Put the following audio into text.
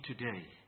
today